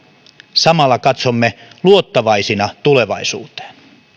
samalla katsomme luottavaisina tulevaisuuteen